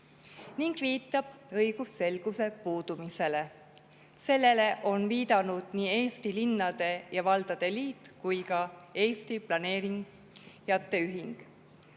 See viitab õigusselguse puudumisele. Sellele on viidanud nii Eesti Linnade ja Valdade Liit kui ka Eesti Planeerijate Ühing.